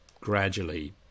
gradually